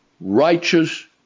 Righteous